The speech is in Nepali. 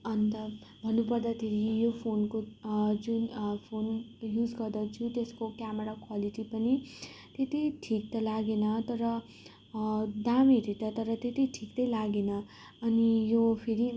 अन्त भन्नुपर्दाखेरि यो फोनको जुन फोनको युज गर्दछु त्यसको क्यामरा क्वालिटी पनि त्यति ठिक त लागेन तर दाम हेरी त तर त्यति ठिक त्यही लागेन अनि यो फेरि